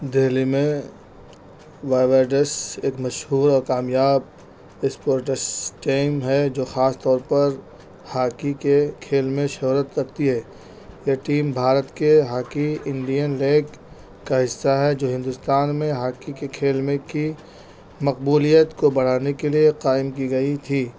دہلی میں وائیورڈس ایک مشہور اور کامیاب اسپورٹس ٹیم ہے جو خاص طور پر ہاکی کے کھیل میں شہرت رکھتی ہے یہ ٹیم بھارت کے ہاکی انڈین لیگ کا حصہ ہے جو ہندوستان میں ہاکی کے کھیل میں کی مقبولیت کو بڑھانے کے لیے قائم کی گئی تھی